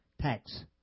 tax